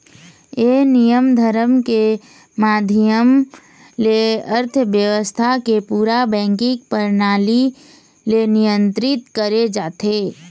ये नियम धरम के माधियम ले अर्थबेवस्था के पूरा बेंकिग परनाली ले नियंत्रित करे जाथे